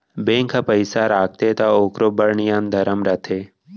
bank ह पइसा राखथे त ओकरो बड़ नियम धरम रथे